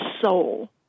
soul